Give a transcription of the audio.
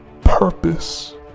purpose